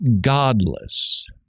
godless